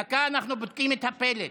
דקה, אנחנו בודקים את הפלט.